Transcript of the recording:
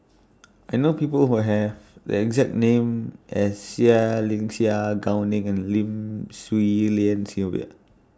I know People Who Have The exact name as Seah Liang Seah Gao Leg Ning and Lim Swee Lian Sylvia